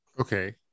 Okay